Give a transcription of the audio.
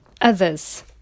others